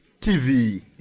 TV